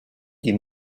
dis